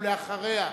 ואחריה,